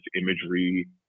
imagery